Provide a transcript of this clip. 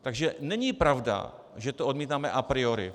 Takže není pravda, že to odmítáme a priori.